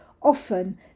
often